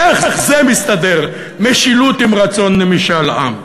איך זה מסתדר, משילות עם רצון למשאל עם?